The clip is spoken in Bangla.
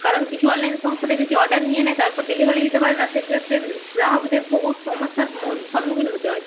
কারণ কিছু অনলাইন সংস্থা দেখেছি অর্ডার নিয়ে নেয় তারপর ডেলিভারি দিতে পারে না সেক্ষেত্রে গ্রাহকদের বহুত সমস্যার মন সম্মুখীন হতে হয়